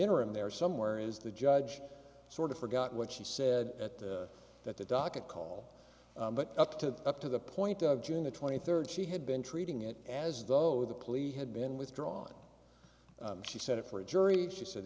interim there somewhere is the judge sort of forgot what she said at that the docket call but up to up to the point of june the twenty third she had been treating it as though the police had been withdrawn she said it for a jury she said